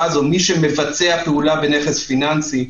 הזו מי שמבצע פעולה בנכס פיננסי.